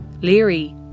Leary